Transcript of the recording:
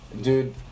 dude